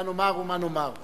מה נאמר ומה נאמר.